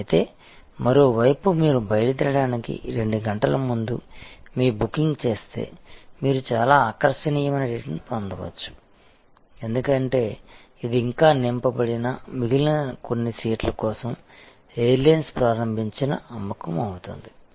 అయితే మరోవైపు మీరు బయలుదేరడానికి 2 గంటల ముందు మీ బుకింగ్ చేస్తే మీరు చాలా ఆకర్షణీయమైన రేటును పొందవచ్చు ఎందుకంటే ఇది ఇంకా నింపబడని మిగిలిన కొన్ని సీట్ల కోసం ఎయిర్ లైన్స్ ప్రారంభించిన అమ్మకం అవుతుంది